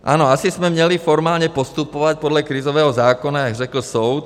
Ano, asi jsme měli formálně postupovat podle krizového zákona, jak řekl soud.